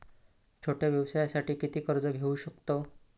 छोट्या व्यवसायासाठी किती कर्ज घेऊ शकतव?